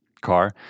car